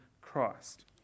Christ